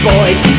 Boys